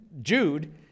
Jude